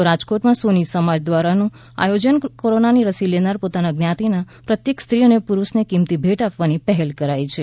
તો રાજકોટમાં સોની સમાજ દ્વારાનુ આયોજન કોરોના રસી લેનાર પોતાની જ્ઞાતિના પ્રત્યેક સ્ત્રી અને પુરૂષને કીમતી ભેટ આપવાની પહેલ કરાઈ છે